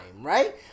right